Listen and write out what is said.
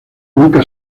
nunca